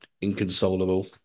inconsolable